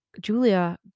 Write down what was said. Julia